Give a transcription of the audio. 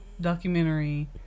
documentary